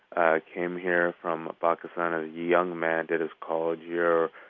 ah came here from pakistan as a young man, did his college year,